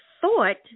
thought